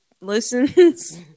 listens